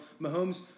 Mahomes